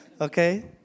Okay